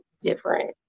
different